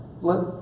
let